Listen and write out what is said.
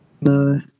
No